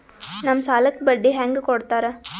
ನಮ್ ಸಾಲಕ್ ಬಡ್ಡಿ ಹ್ಯಾಂಗ ಕೊಡ್ತಾರ?